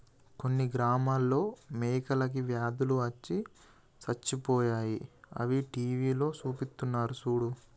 కొన్ని గ్రామాలలో మేకలకి వ్యాధులు అచ్చి సచ్చిపోయాయి అని టీవీలో సూపిస్తున్నారు సూడు